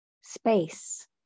space